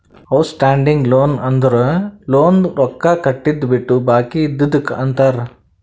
out standing loan ಅಂದುರ್ ಲೋನ್ದು ರೊಕ್ಕಾ ಕಟ್ಟಿದು ಬಿಟ್ಟು ಬಾಕಿ ಇದ್ದಿದುಕ್ ಅಂತಾರ್